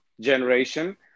generation